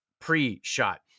pre-shot